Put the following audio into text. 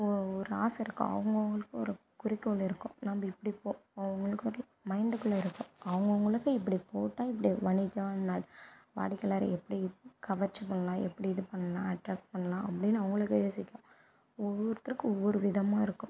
ஓ ஒரு ஆசை இருக்கும் அவங்க அவங்களுக்கு ஒரு குறிக்கோள் இருக்கும் நம்ப இப்படி போ அவங்களுக்கு வந்து மைண்ட்டுக்குள்ளே இருக்கும் அவங்க அவங்களுக்கு இப்படி போட்டால் இப்படி வணிகன்னா வாடிக்கையாளர் எப்படி கவர்ச்சி பண்ணலாம் எப்படி இது பண்ணலாம் அட்ராக்ட் பண்ணலாம் அப்படின்னு அவங்களுக்கு யோசிக்கும் ஒவ்வொருத்தருக்கும் ஒவ்வொரு விதமாக இருக்கும்